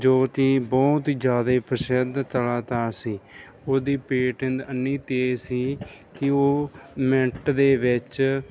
ਜੋ ਕਿ ਬਹੁਤ ਜ਼ਿਆਦਾ ਪ੍ਰਸਿੱਧ ਕਲਾਕਾਰ ਸੀ ਉਹਦੀ ਪੇਟਿੰਨ ਇੰਨੀ ਤੇਜ਼ ਸੀ ਕਿ ਉਹ ਮਿੰਟ ਦੇ ਵਿੱਚ